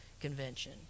Convention